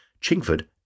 Chingford